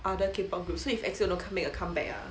other K pop groups so if E_X_O don't make a comeback ah